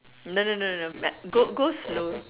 no no no no no go go slow